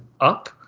up